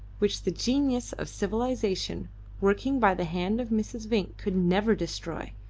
which the genius of civilisation working by the hand of mrs. vinck could never destroy,